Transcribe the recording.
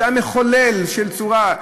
שהיה מחולל של צורה,